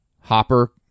Hopper